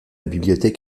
bibliothèque